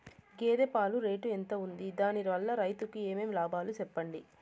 గేదె పాలు రేటు ఎంత వుంది? దాని వల్ల రైతుకు ఏమేం లాభాలు సెప్పండి?